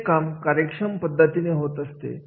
प्रत्येक काम कार्यक्षम पद्धतीने होत असते